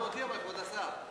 אבל לא שמעת אותי, כבוד השר.